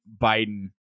Biden